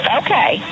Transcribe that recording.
okay